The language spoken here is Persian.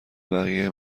بقیه